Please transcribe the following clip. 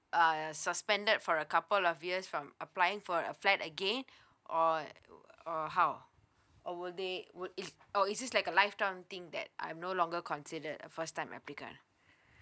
uh suspended for a couple of years from applying for a flat again or uh or how or would they would it or is it like a lifetime thing that I'm no longer considered a first time applicant